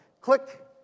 Click